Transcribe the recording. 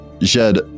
Jed